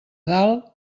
dalt